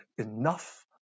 enough